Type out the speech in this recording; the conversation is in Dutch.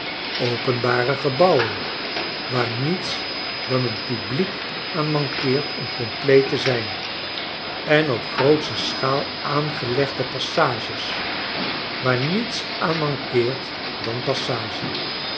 openbare gebouwen waar niets dan een publiek aanmankeertom compleet te zijn en op grootsche schaal aangelegde passages waar niets aan mankeert dan passage